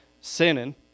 sinning